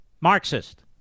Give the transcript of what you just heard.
Marxist